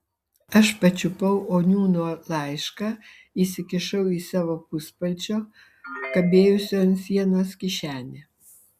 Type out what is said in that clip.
aš pačiupau oniūno laišką įsikišau į savo puspalčio kabėjusio ant sienos kišenę